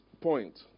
point